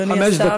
אדוני השר,